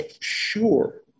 sure